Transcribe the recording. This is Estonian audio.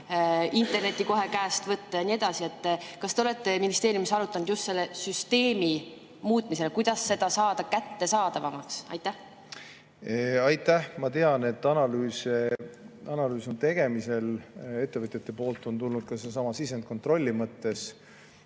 internetti kohe käepärast võtta ja nii edasi. Kas te olete ministeeriumis selle süsteemi muutmisel arutanud, kuidas seda [muuta] kättesaadavamaks? Aitäh! Ma tean, et analüüs on tegemisel. Ettevõtjate poolt on tulnud ka seesama sisend kontrolli mõttes.